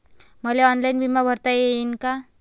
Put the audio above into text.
मले ऑनलाईन बिमा भरता येईन का?